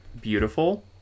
beautiful